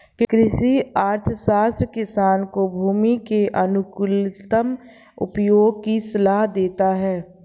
कृषि अर्थशास्त्र किसान को भूमि के अनुकूलतम उपयोग की सलाह देता है